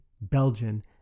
Belgian